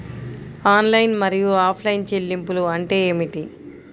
Online మరియు offline చెల్లింపులు అంటే ఏమిటి?